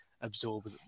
absorb